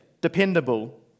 dependable